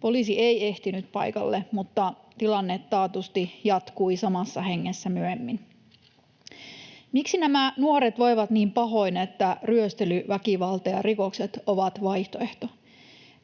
Poliisi ei ehtinyt paikalle, mutta tilanne taatusti jatkui samassa hengessä myöhemmin. Miksi nämä nuoret voivat niin pahoin, että ryöstely, väkivalta ja rikokset ovat vaihtoehto?